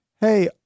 hey